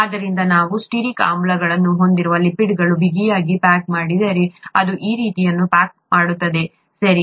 ಆದ್ದರಿಂದ ನಾವು ಸ್ಟಿಯರಿಕ್ ಆಮ್ಲಗಳನ್ನು ಹೊಂದಿರುವ ಲಿಪಿಡ್ಗಳನ್ನು ಬಿಗಿಯಾಗಿ ಪ್ಯಾಕ್ ಮಾಡಿದರೆ ಅದು ಈ ರೀತಿಯದನ್ನು ಪ್ಯಾಕ್ ಮಾಡುತ್ತದೆ ಸರಿ